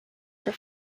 for